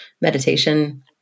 meditation